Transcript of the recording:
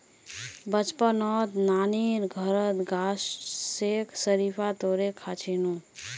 बचपनत नानीर घरत गाछ स शरीफा तोड़े खा छिनु